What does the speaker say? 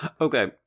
okay